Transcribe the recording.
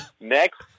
Next